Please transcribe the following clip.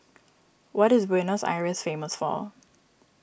what is Buenos Aires famous for